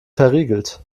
verriegelt